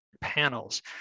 panels